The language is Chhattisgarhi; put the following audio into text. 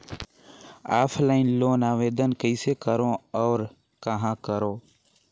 ऑफलाइन लोन आवेदन कइसे करो और कहाँ करो?